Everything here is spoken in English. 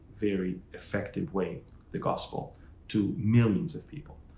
very effective way the gospel to millions of people.